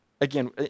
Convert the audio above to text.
again